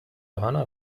johanna